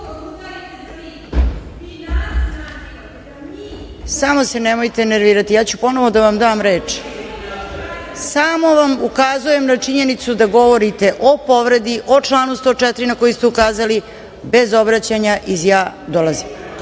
amandmanu. Nemojte se nervirati, ja ću ponovo da vam dam reč, samo vam ukazujem na činjenicu da govorite o povredi, o članu 104. na koji ste ukazali, bez obraćanja – iz ja